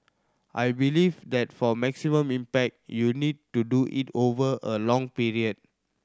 I believe that for maximum impact you need to do it over a long period